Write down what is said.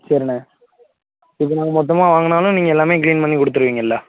சேரிண்ண இது நாங்கள் மொத்தமாக வாங்கினாலும் நீங்கள் எல்லாம் க்ளீன் பண்ணி கொடுத்துடுவீங்கள்ல